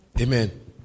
Amen